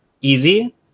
easy